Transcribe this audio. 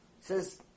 says